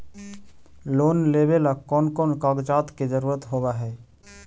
Loan लेबे ला कौन कौन कागजात के जरुरत होबे है?